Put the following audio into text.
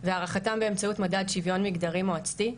והארכתם באמצעות מדד שוויון מגדרי מועצתי,